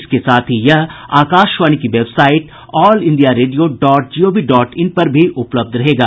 इसके साथ ही यह आकाशवाणी की website All India Radio dot G O V dot in पर भी उपलब्ध रहेगा